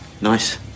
Nice